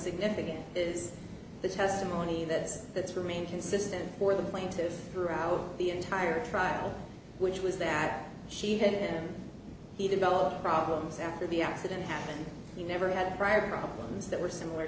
significant is the testimony that that's remained consistent for the plaintiff throughout the entire trial which was that she had him he developed problems after the accident happened he never had prior problems that were similar